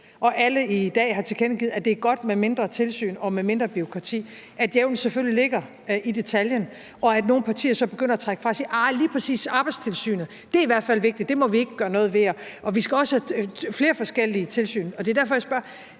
og alle i dag har tilkendegivet, at det er godt med mindre tilsyn og mindre bureaukrati, ligger djævlen selvfølgelig i detaljen, og nogle partier begynder så at trække sig og sige: Arh, lige præcis Arbejdstilsynet er i hvert fald vigtigt, det må vi ikke gøre noget ved, og vi også skal have flere forskellige tilsyn. Det er derfor, jeg spørger: